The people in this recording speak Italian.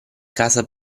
casa